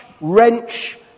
wrench